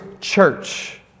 church